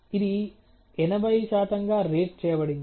ఇది 80 గా రేట్ చేయబడింది